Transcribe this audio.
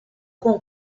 con